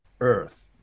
earth